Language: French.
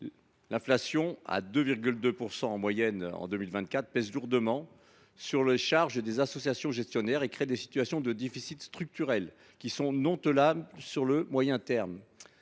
était de 2,2 % en moyenne en 2024, pèse lourdement sur la charge des associations gestionnaires et crée des situations de déficit structurel qui ne sont pas tenables à moyen terme.